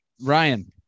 Ryan